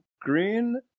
green